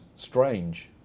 strange